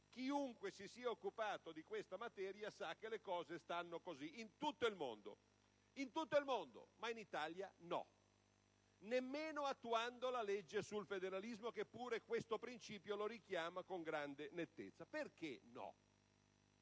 Chiunque si sia occupato di tale materia sa che le cose stanno così: in tutto il mondo, ma in Italia no, nemmeno attuando il provvedimento sul federalismo, che pure questo principio richiama con grande nettezza. Perché no?